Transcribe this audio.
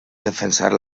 defensar